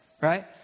right